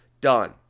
done